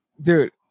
dude